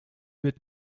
wird